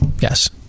Yes